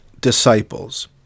disciples